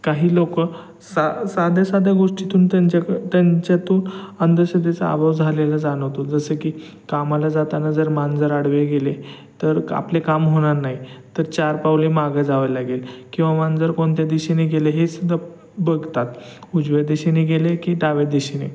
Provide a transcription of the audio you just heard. काही लोकं सा साध्या साध्या गोष्टीतून त्यांच्या त्यांच्यातून अंधश्रद्धेचा अभाव झालेला जाणवतो जसं की कामाला जाताना जर मांजर आडवे गेले तर आपले काम होणार नाही तर चार पावले मागं जावे लागेल किंवा मांजर कोणत्या दिशेने गेले हे सुद्धा बघतात उजव्या दिशेने गेले की डाव्या दिशेने